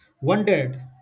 wondered